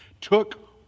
took